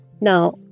Now